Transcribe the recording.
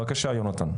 בבקשה יהונתן.